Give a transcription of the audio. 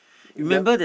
the